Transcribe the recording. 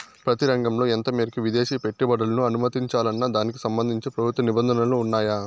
ప్రతి రంగంలో ఎంత మేరకు విదేశీ పెట్టుబడులను అనుమతించాలన్న దానికి సంబంధించి ప్రభుత్వ నిబంధనలు ఉన్నాయా?